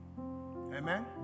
Amen